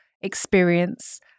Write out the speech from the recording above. experience